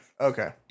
Okay